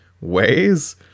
ways